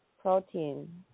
protein